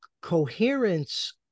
coherence